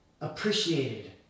appreciated